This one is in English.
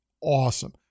awesome